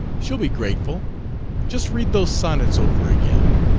she'll be grateful just read those sonnets over again!